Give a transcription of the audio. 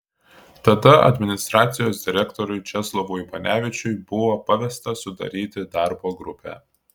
tada administracijos direktoriui česlovui banevičiui buvo pavesta sudaryti darbo grupę